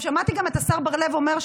שמעתי גם את השר בר לב אומר,